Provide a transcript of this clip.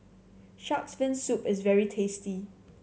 Shark's Fin Soup is very tasty